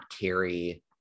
carry